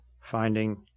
Finding